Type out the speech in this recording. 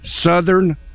Southern